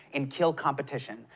and kill competition.